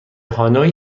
هانوی